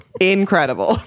incredible